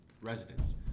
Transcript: residents